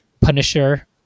Punisher